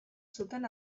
zuten